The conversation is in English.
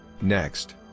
Next